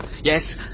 Yes